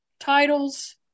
Titles